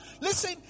listen